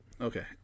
Okay